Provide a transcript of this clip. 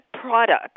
products